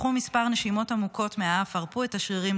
קחו מספר נשימות עמוקות מהאף והרפו את השרירים.